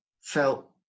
felt